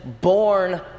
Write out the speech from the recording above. born